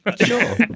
Sure